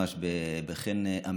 ועשית את זה ממש בחן אמיתי,